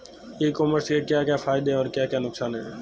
ई commerce के क्या क्या फायदे और क्या क्या नुकसान है?